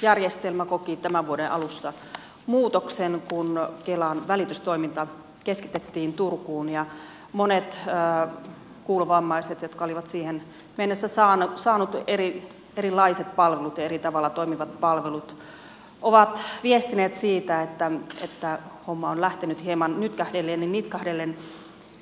se järjestelmähän koki tämän vuoden alussa muutoksen kun kelan välitystoiminta keskitettiin turkuun ja monet kuulovammaiset jotka olivat siihen mennessä saaneet erilaiset palvelut ja eri tavoin toimivat palvelut ovat viestineet siitä että homma on lähtenyt hieman nytkähdellen ja nitkahdellen